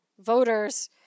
voters